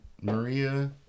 Maria